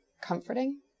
comforting